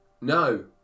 No